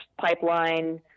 pipeline